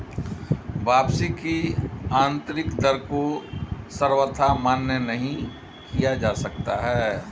वापसी की आन्तरिक दर को सर्वथा मान्य नहीं किया जा सकता है